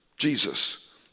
Jesus